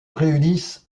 réunissent